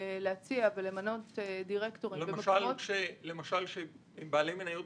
להציע ולמנות דירקטורים -- האם מצב שבו בעלי מניות